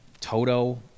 Toto